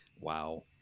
Wow